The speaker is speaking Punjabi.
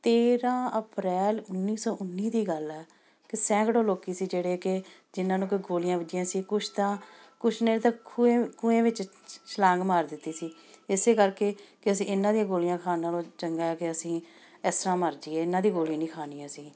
ਤੇਰਾਂ ਅਪ੍ਰੈਲ ਉੱਨੀ ਸੌ ਉੱਨੀ ਦੀ ਗੱਲ ਹੈ ਕਿ ਸੈਂਕੜੋਂ ਲੋਕ ਸੀ ਜਿਹੜੇ ਕਿ ਜਿਨ੍ਹਾਂ ਨੂੰ ਕਿ ਗੋਲੀਆਂ ਵੱਜੀਆਂ ਸੀ ਕੁਛ ਤਾਂ ਕੁਛ ਨੇ ਤਾਂ ਖੂੰਏ ਖੂੰਏ ਵਿੱਚ ਛ ਛਲਾਂਗ ਮਾਰ ਦਿੱਤੀ ਸੀ ਇਸ ਕਰਕੇ ਕਿ ਅਸੀਂ ਇਹਨਾਂ ਦੀਆਂ ਗੋਲੀਆਂ ਖਾਣ ਨਾਲ਼ੋਂ ਚੰਗਾ ਹੈ ਕਿ ਅਸੀਂ ਇਸ ਤਰ੍ਹਾਂ ਮਰ ਜੀਏ ਇਹਨਾਂ ਦੀ ਗੋਲੀ ਨਹੀਂ ਖਾਣੀ ਅਸੀਂ